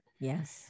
yes